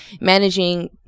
managing